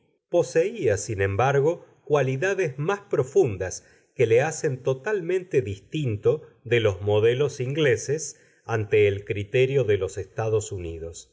poseía sin embargo cualidades más profundas que le hacen totalmente distinto de los modelos ingleses ante el criterio de los estados unidos